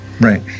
Right